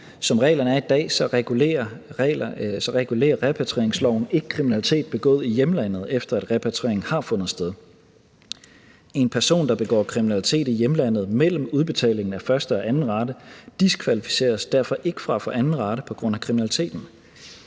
Som reglerne er i dag, regulerer repatrieringsloven ikke kriminalitet begået i hjemlandet, efter at repatrieringen har fundet sted. En person, der begår kriminalitet i hjemlandet mellem udbetaling af første og anden rate, diskvalificeres derfor ikke fra at få anden rate på grund af kriminaliteten.